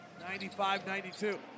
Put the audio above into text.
95-92